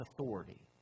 authority